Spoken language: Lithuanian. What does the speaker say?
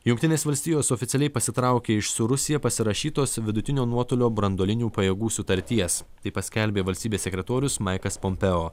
jungtinės valstijos oficialiai pasitraukė iš su rusija pasirašytos vidutinio nuotolio branduolinių pajėgų sutarties tai paskelbė valstybės sekretorius maikas pompeo